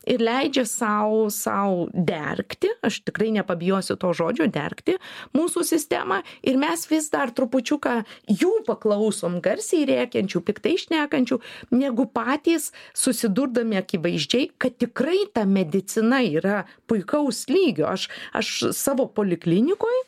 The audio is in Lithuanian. ir leidžia sau sau dergti aš tikrai nepabijosiu to žodžio dergti mūsų sistemą ir mes vis dar trupučiuką jų paklausom garsiai rėkiančių piktai šnekančių negu patys susidurdami akivaizdžiai kad tikrai ta medicina yra puikaus lygio aš aš savo poliklinikoj